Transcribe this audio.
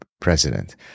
president